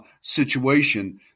situation